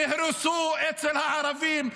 תהרסו אצל הערבים,